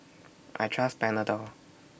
I Trust Panadol